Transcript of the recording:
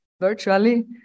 virtually